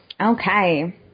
Okay